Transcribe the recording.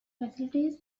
facilities